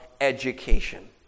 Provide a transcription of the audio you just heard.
education